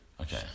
Okay